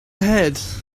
ahead